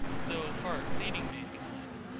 though far exceeding mankind,